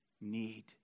need